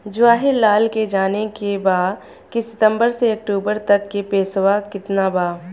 जवाहिर लाल के जाने के बा की सितंबर से अक्टूबर तक के पेसवा कितना बा?